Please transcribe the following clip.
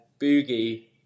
Boogie